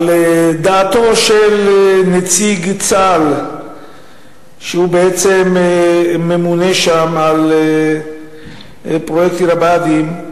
על דעתו של נציג צה"ל שהוא ממונה שם על פרויקט עיר הבה"דים,